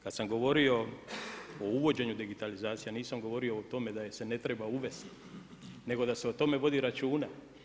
Kada sam govorio o uvođenju digitalizacija nisam govorio o tome da je se ne treba uvesti nego da se o tome vodi računa.